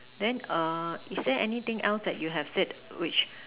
then err is there anything else that you have said which